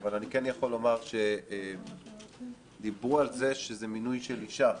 אבל אני כן יכול לומר שדיברו על זה שזה מינוי של אישה,